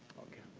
okay,